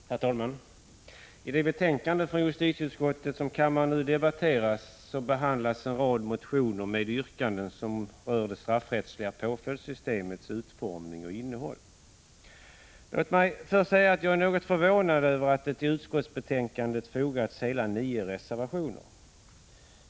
Herr talman! I det betänkande från justitieutskottet som kammaren nu debatterar behandlas en rad motioner med yrkanden som berör det straffrättsliga påföljdssystemets utformning och innehåll. Låt mig först säga att jag är något förvånad över att det till utskottsbetänkandet fogats hela nio reservationer.